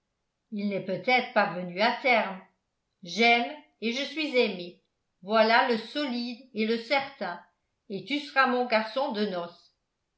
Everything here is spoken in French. il n'est peut-être pas venu à terme j'aime et je suis aimé voilà le solide et le certain et tu seras mon garçon de noces